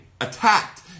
attacked